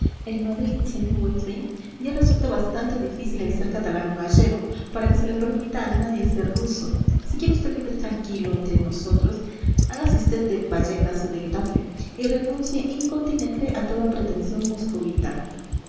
en madrid sr weissbein ya resulta bastante difícil el ser catalán o gallego para que se le permita a nadie ser ruso si quiere usted vivir tranquilo entre nosotros hágase usted de vallecas o de getafe y renuncie incontinenti a toda pretensión moscovita